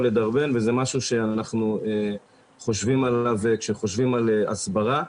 לדרבן וזה משהו שאנחנו חושבים עליו כשחושבים על הסברה.